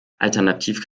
alternativ